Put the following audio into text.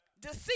deceit